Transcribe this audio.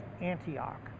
Antioch